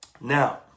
Now